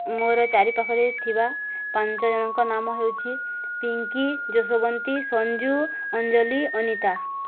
ମୋର ଚାରି ପାାଖରେ ଥିବା ପାଞ୍ଚ ଜଣଙ୍କ ନାମ ହେଉଛି ପିଙ୍କି ଜଶୋବନ୍ତୀ ସଞ୍ଜୁ ଅଞ୍ଜଳି ଅନିତା